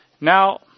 Now